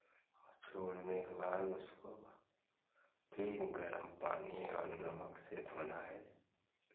छोड़ने के बाद उसको फिर गरम पानी और नमक से धोना है